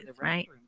right